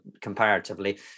comparatively